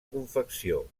confecció